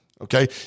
okay